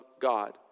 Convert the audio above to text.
God